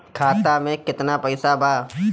खाता में केतना पइसा बा?